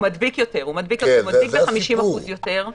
הוא מדביק ב-50% יותר.